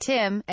Tim